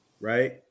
right